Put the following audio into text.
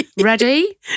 Ready